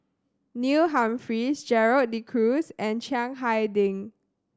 Neil Humphreys Gerald De Cruz and Chiang Hai Ding